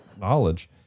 knowledge